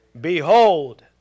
Behold